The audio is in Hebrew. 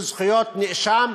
בזכויות נאשם,